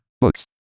Books